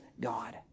God